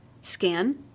scan